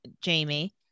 Jamie